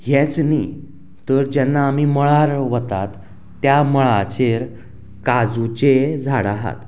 हेंच न्ही तर जेन्नाआमी मळार वतात त्या मळाचेर काजूचें झाड आहात